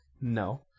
No